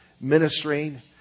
ministering